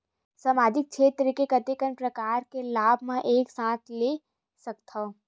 सामाजिक क्षेत्र के कतका प्रकार के लाभ मै एक साथ ले सकथव?